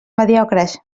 mediocres